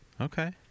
Okay